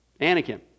Anakin